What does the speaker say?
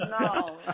No